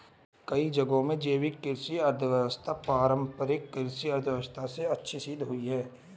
कई जगहों में जैविक कृषि अर्थव्यवस्था पारम्परिक कृषि अर्थव्यवस्था से अच्छी सिद्ध हुई है